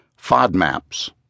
FODMAPs